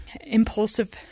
Impulsive